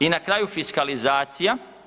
I na kraju, fiskalizacija.